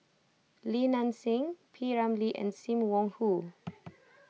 Li Nanxing P Ramlee and Sim Wong Hoo